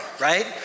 right